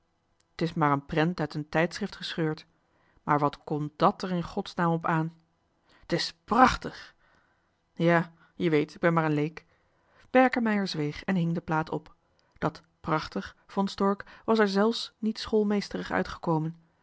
t is maar een prent uit een tijdschrift gescheurd maar wat komt dàt er in gds naam op aan t is prachtig ja je weet ik ben maar een leek berkemeier zweeg en hing de plaat op dat prachtig vond stork was er zèlfs niet schoolmeesterig uit